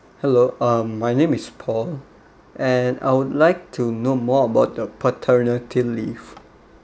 hello um my name is paul and I would like to know more about your paternity leave